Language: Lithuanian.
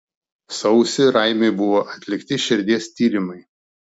sausį raimiui buvo atlikti širdies tyrimai